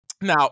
Now